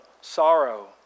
sorrow